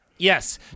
Yes